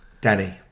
Danny